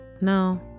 no